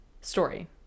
Story